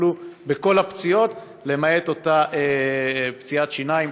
יטפלו בכל הפציעות למעט אותה פציעת שיניים.